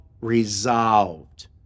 resolved